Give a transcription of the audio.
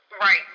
Right